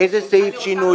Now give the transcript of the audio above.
באיזה סעיף שינוי,